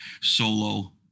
solo